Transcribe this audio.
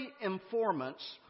informants